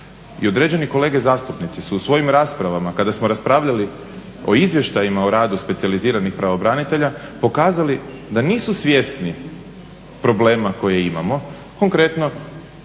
i određeni kolege zastupnici su u svojim raspravama kada smo raspravljali o izvještajima o radu specijaliziranih pravobranitelja pokazali da nisu svjesni problema koje imamo. Konkretno